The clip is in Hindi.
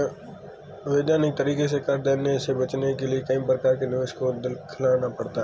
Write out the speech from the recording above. वैधानिक तरीके से कर देने से बचने के लिए कई प्रकार के निवेश को दिखलाना पड़ता है